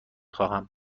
خوانم